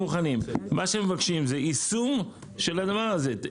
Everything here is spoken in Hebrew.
מה שהם מבקשים זה יישום של הדבר הזה,